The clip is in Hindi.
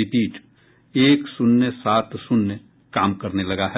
रिपीट एक शून्य सात शून्य काम करने लगा है